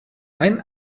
ein